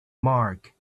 mark